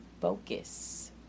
focus